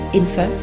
info